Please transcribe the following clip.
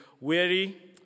weary